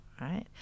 Right